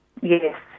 Yes